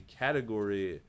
category